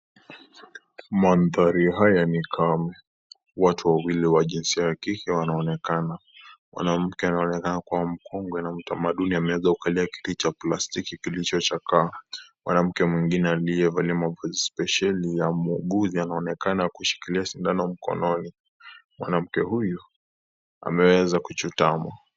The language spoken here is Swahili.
Mandhari haya nikame. Watu wawili wa jinsia ya kike wanaonekana. Mwanamke anaonekana kuwa mkongwe na mtamaduni ameweza kukalia kiti cha plastiki kilichochakaa. Mwanamke mwingine aliye mavazi spesheli ya muuguzi anaonekana kushikilia sindano mkononi. Mwanamke huyu, ameweza kuchutama.